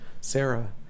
Sarah